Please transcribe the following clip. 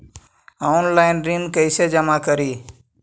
Online ऋण कैसे जमा करी?